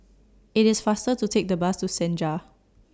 IT IS faster to Take The Bus to Senja